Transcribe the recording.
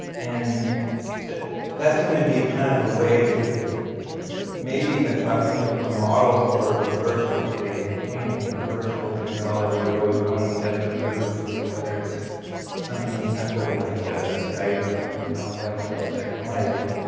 and that that seemed to be a kind of a way to maybe, i thought make up ah a model for virtual space and painting and and virtual technology are always one step or move you know whether it's something simple like skype or something complex like second life.